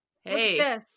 hey